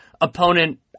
opponent